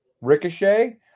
Ricochet